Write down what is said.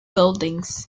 buildings